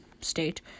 state